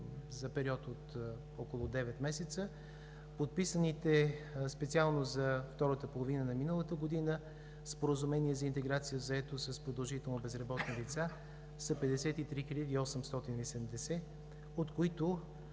за период около девет месеца, подписаните специално за втората половина на миналата година споразумения за интеграция в заетост на продължително безработни лица са 53 870, от които